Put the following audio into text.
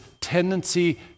tendency